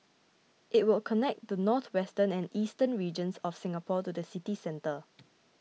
it will connect the northwestern and eastern regions of Singapore to the city centre